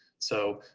so